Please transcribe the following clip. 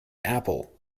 apple